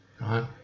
right